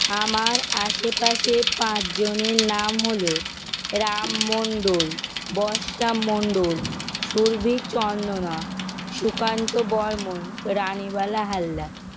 আমার আশেপাশে পাঁচ জনের নাম হল রাম মণ্ডল বর্ষা মণ্ডল সুরভী চন্দনা সুকান্ত বর্মন রানীবালা হালদার